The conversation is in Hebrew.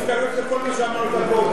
אבל אני מצטרף לכל מה שאמרת קודם.